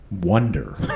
wonder